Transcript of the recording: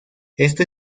esto